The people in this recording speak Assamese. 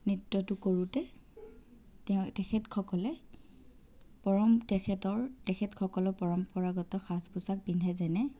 নৃত্যটো কৰোতে তেওঁ তেখেতসকলে পৰম তেখেতৰ তেখেতসকলৰ পৰম্পৰাগত সাজ পোছাক পিন্ধে যেনে